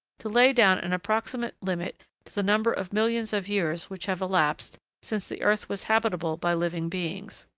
to lay down an approximate limit to the number of millions of years which have elapsed since the earth was habitable by living beings.